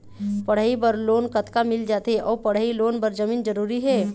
पढ़ई बर लोन कतका मिल जाथे अऊ पढ़ई लोन बर जमीन जरूरी हे?